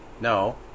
No